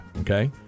Okay